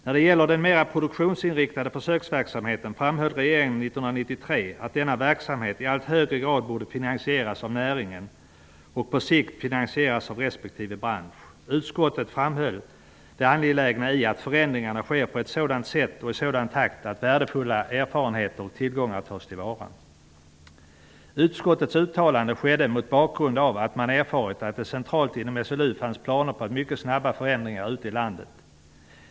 När det gäller den mera produktionsinriktade försöksverksamheten framhöll regeringen 1993 att denna verksamhet i allt högre grad borde finansieras av näringen och på sikt finansieras av respektive bransch. Utskottet framhöll det angelägna i att förändringarna sker på ett sådant sätt och i sådan takt att värdefulla erfarenheter och tillgångar tas till vara. Utskottets uttalande skedde mot bakgrund av att man erfarit att det centralt inom SLU fanns planer på mycket snabba förändringar ute i landet.